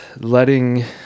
letting